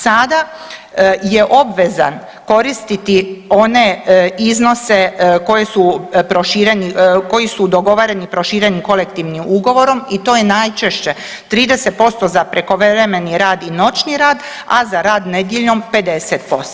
Sada je obvezan koristiti one iznose koji su dogovoreni proširenim kolektivnim ugovorom i to je najčešće 30% za prekovremeni rad i noćni rad, a za rad nedjeljom 50%